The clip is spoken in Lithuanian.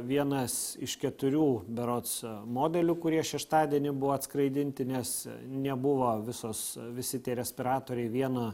vienas iš keturių berods modelių kurie šeštadienį buvo atskraidinti nes nebuvo visos visi tie respiratoriai vieno